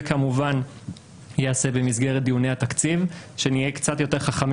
זה כמובן ייעשה במסגרת דיוני התקציב כשנהיה קצת יותר חכמים